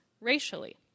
racially